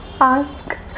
ask